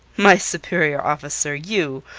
my superior officer! you!